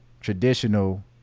traditional